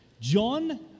John